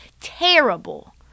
terrible